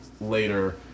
later